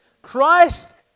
Christ